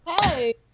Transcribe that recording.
Hey